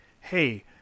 hey